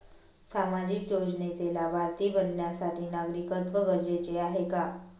सामाजिक योजनेचे लाभार्थी बनण्यासाठी नागरिकत्व गरजेचे आहे का?